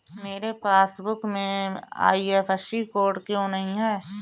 मेरे पासबुक में IFSC code क्यो नहीं है?